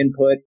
input